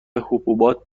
حبوبات